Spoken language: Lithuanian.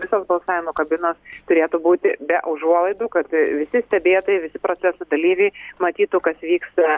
visos balsavimo kabinos turėtų būti be užuolaidų kad visi stebėtojai visi proceso dalyviai matytų kas vyksta